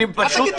אני פשוט מבקש.